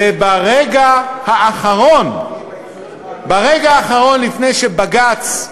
וברגע האחרון, ברגע האחרון, לפני שבג"ץ,